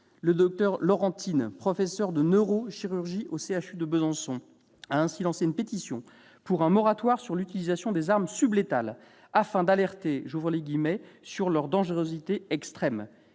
Le docteur Laurent Thines, professeur de neurochirurgie au CHU de Besançon, a ainsi lancé une pétition pour un moratoire sur l'utilisation des armes sublétales, afin d'alerter « sur leur dangerosité extrême ».